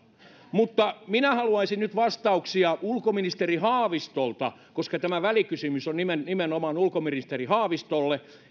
mutta minä haluaisin nyt vastauksia ulkoministeri haavistolta koska tämä välikysymys on nimenomaan ulkoministeri haavistolle